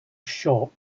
shop